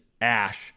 ash